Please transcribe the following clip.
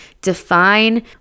define